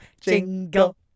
Jingle